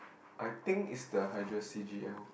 I think it's the hydra C_G_L